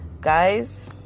Guys